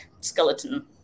skeleton